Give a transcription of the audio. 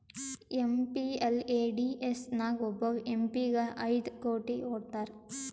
MPLADS ನಾಗ್ ಒಬ್ಬವ್ M P ಗ ಐಯ್ಡ್ ಕೋಟಿ ಕೊಡ್ತಾರ್